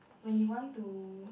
when you want to